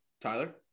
Tyler